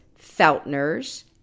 feltners